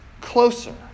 closer